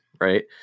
right